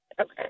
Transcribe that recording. okay